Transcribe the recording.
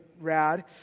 rad